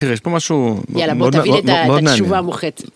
תראה, יש פה משהו... יאללה, בוא תביא לי את התשובה המוחצת.